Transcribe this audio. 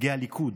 נציגי הליכוד.